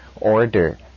order